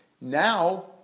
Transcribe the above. Now